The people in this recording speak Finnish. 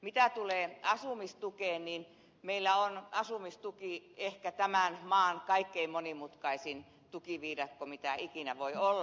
mitä tulee asumistukeen niin meillä on asumistuki ehkä tämän maan kaikkein monimutkaisin tukiviidakko mitä ikinä voi olla